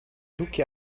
doekje